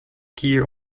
kier